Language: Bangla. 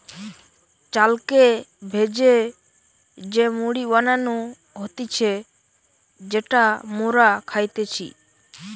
চালকে ভেজে যে মুড়ি বানানো হতিছে যেটা মোরা খাইতেছি